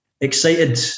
excited